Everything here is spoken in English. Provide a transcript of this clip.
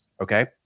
Okay